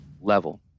level